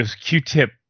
Q-tip